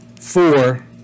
four